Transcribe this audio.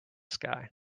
sky